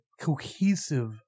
cohesive